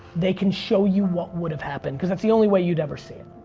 they can show you what would have happened because that's the only way you'd ever see it.